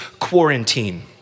quarantine